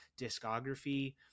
discography